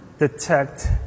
Detect